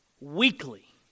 weekly